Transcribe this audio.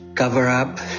cover-up